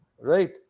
Right